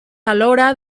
alhora